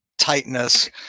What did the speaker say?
tightness